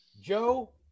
Joe